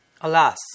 Alas